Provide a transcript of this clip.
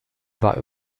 war